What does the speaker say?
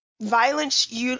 violence